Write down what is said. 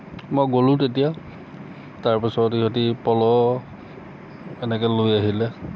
মই গ'লোঁ তেতিয়া তাৰ পিছত ইহঁতি পলহ এনেকৈ লৈ আহিলে